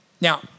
Now